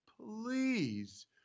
please